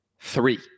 three